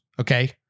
Okay